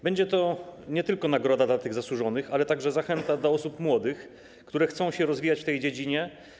Będzie to nie tylko nagroda dla tych zasłużonych, ale także zachęta dla osób młodych, które chcą się rozwijać w tej dziedzinie.